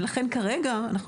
ולכן כרגע,